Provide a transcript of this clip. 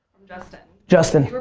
justin. justin.